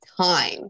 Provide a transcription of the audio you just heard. time